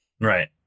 right